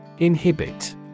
Inhibit